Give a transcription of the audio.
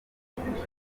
amashuka